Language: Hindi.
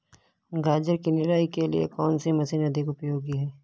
गाजर की निराई के लिए कौन सी मशीन अधिक उपयोगी है?